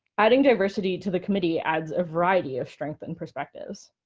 adding diversity to the committee adds a variety of strength and perspectives.